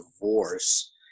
divorce